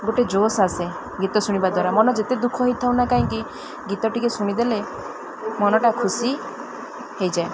ଗୋଟେ ଜୋସ୍ ଆସେ ଗୀତ ଶୁଣିବା ଦ୍ୱାରା ମନ ଯେତେ ଦୁଃଖ ହେଇଥାଉ ନା କାହିଁକି ଗୀତ ଟିକେ ଶୁଣିଦେଲେ ମନଟା ଖୁସି ହେଇଯାଏ